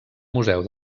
museu